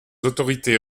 autorités